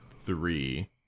three